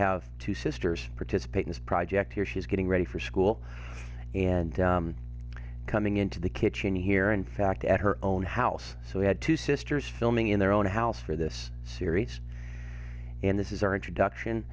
have two sisters participate in this project here she is getting ready for school and coming into the kitchen here in fact at her own house so we had two sisters filming in their own house for this series and this is our introduction